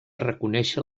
reconèixer